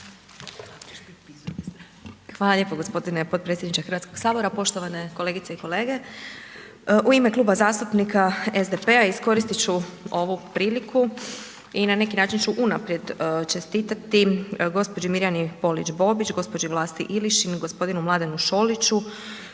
Hvala lijepo gospodine potpredsjedniče Hrvatskoga sabora, poštovane kolegice i kolege. U ime Kluba zastupnika SDP-a iskoristiti ću ovu priliku i na neki način ću unaprijed čestiti gđi. Mirjani Polić Bobić, gđi. Vlasti Ilišin, gospodinu Mladenu Šoliću,